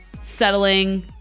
Settling